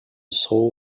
soul